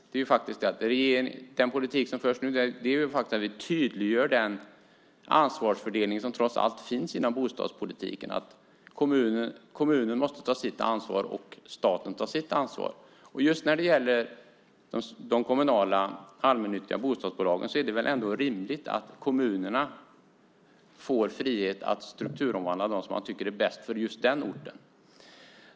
Det som är viktigt är att den politik som nu förs innebär att vi tydliggör den ansvarsfördelning som trots allt finns inom bostadspolitiken, att kommunen måste ta sitt ansvar och staten ta sitt ansvar. Just när det gäller de kommunala allmännyttiga bostadsbolagen är det väl rimligt att kommunerna får frihet att strukturomvandla på det sätt som man tycker är bäst för just den orten.